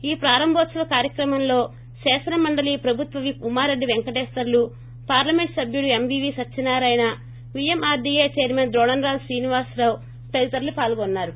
ఈ ప్రారంభోత్పవ కార్యక్రమంలో శాసనమండలి ప్రభుత్వ విప్ ఉమారెడ్డి పెంకటేశ్వర్లు పార్లమెంట్ సభ్యుడు MVV Satyanarayana VMRDA chairman Dronamraju Srinivasarao తదితరులు పాల్గొన్నారు